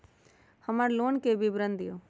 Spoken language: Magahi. हमर लोन के विवरण दिउ